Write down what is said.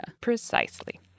Precisely